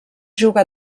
juga